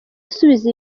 asubiza